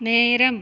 நேரம்